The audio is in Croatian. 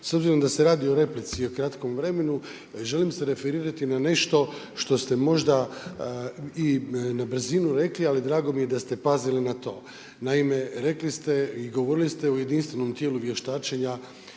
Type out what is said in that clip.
S obzirom da se radi o replici i o kratkom vremenu, želim se referirati na nešto što ste možda i na brzinu rekli, ali drago mi je da ste pazili na to. Naime, rekli ste i govorili ste o jedinstvenom tijelu vještačenja